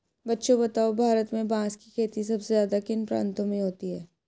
बच्चों बताओ भारत में बांस की खेती सबसे ज्यादा किन प्रांतों में होती है?